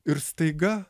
ir staiga